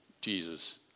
Jesus